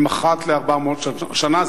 הן אחת ל-400 שנה?